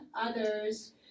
others